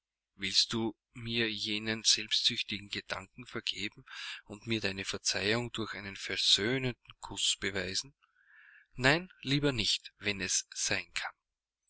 willst du mir jenen selbstsüchtigen gedanken vergeben und mir deine verzeihung durch einen versöhnenden kuß beweisen nein lieber nicht wenn es sein kann